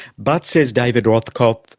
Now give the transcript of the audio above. but, says david rothkopf,